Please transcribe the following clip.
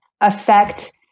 affect